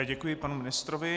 Děkuji panu ministrovi.